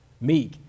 meek